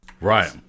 Right